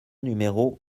numéro